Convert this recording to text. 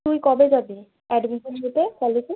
তুই কবে যাবি অ্যাডমিশান নিতে কলেজে